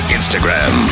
Instagram